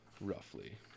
roughly